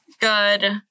good